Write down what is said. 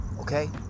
Okay